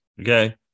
okay